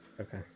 Okay